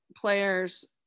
players